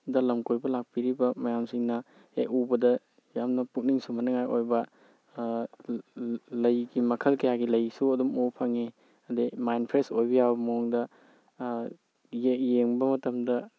ꯗ ꯂꯝꯀꯣꯏꯕ ꯂꯥꯛꯄꯕꯤꯔꯤꯕ ꯃꯌꯥꯝꯁꯤꯡꯅ ꯍꯦꯛ ꯎꯕꯗ ꯌꯥꯝꯅ ꯄꯨꯛꯅꯤꯡ ꯁꯨꯝꯍꯠꯅꯤꯉꯥꯏ ꯑꯣꯏꯕ ꯂꯩꯒꯤ ꯃꯈꯜ ꯀꯌꯥꯒꯤ ꯂꯩꯁꯨ ꯑꯗꯨꯝ ꯎꯕ ꯐꯪꯉꯤ ꯑꯗꯒꯤ ꯃꯥꯏꯟ ꯐ꯭ꯔꯦꯁ ꯑꯣꯏꯕ ꯌꯥꯕ ꯃꯑꯣꯡꯗ ꯌꯦꯡꯕ ꯃꯇꯝꯗ